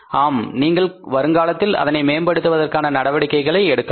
ஆம் நீங்கள் வருங்காலத்தில் அதனை மேம்படுத்துவதற்கான நடவடிக்கைகளை எடுக்கலாம்